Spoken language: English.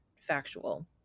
factual